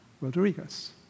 Rodriguez